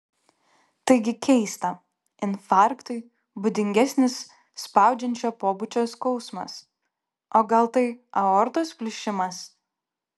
taigi keista infarktui būdingesnis spaudžiančio pobūdžio skausmas o gal tai aortos plyšimas